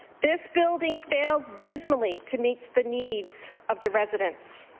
this building failed dismally to meet the needs of the residents.